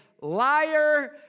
liar